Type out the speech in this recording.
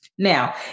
Now